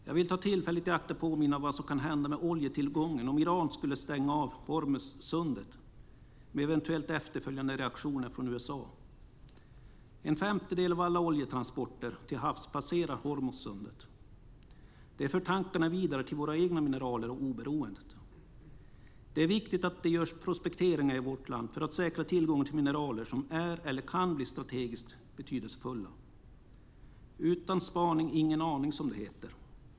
Jag vill ta tillfället i akt att påminna om vad som kan hända med oljetillgången om Iran skulle stänga av Hormuzsundet med eventuellt efterföljande reaktioner från USA. En femtedel av alla oljetransporter till havs passerar Hormuzsundet. Det för tankarna vidare till våra egna mineraler och oberoendet. Det är viktigt att det görs prospekteringar i vårt land för att säkra tillgången till mineraler som är eller kan bli strategiskt betydelsefulla. Utan spaning ingen aning, som det heter.